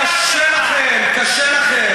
חבר הכנסת לוי,